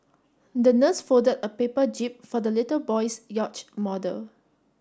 the nurse folded a paper jib for the little boy's yacht model